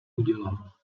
udělal